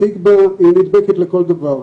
הסטיגמה נדבקת לכל דבר,